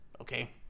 okay